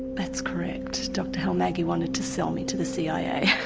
that's correct, dr halmagyi wanted to sell me to the cia